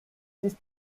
ist